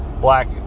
black